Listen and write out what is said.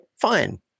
Fine